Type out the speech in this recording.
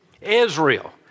Israel